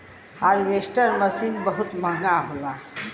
harvester machine बहुत महंगा होला